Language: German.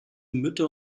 mütter